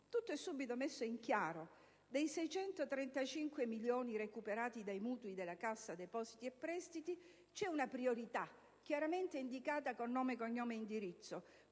tutto è subito messo in chiaro. Per i 635 milioni recuperati dai mutui della Cassa depositi e prestiti c'è una priorità chiaramente indicata con nome, cognome e indirizzo: